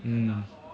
mm